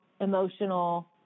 emotional